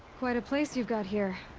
quite a place you've got here.